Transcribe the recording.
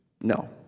No